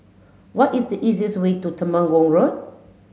what is the easiest way to Temenggong Road